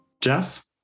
Jeff